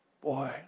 Boy